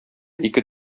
ике